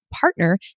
partner